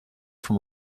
from